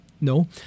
no